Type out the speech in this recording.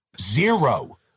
zero